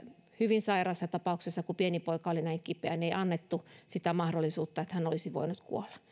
hyvin sairaan tapauksessa kun pieni poika oli näin kipeä ei annettu sitä mahdollisuutta että hän olisi voinut kuolla